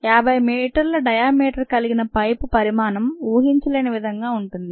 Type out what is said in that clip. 50 మీటర్ల డయామీటర్ కలిగిన పైపు పరిమాణం ఊహించలేని విధంగా ఉంటుంది